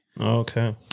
Okay